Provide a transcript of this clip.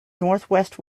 northwest